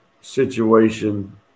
situation